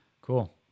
Cool